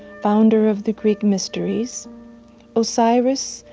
founder of the greek mysteries osiris,